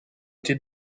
été